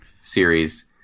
series